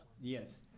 yes